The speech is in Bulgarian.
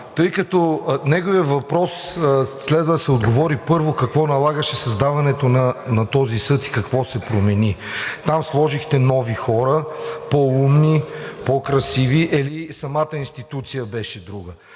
тъй като на въпроса му следва да се отговори, първо, какво налагаше създаването на този съд и какво се промени. Там сложихте нови хора по-умни, по красиви или самата институция беше друга?!